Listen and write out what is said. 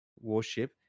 warship